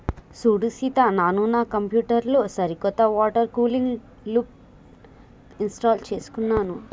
సూడు సీత నాను నా కంప్యూటర్ లో సరికొత్త వాటర్ కూలింగ్ లూప్ని ఇంస్టాల్ చేసుకున్నాను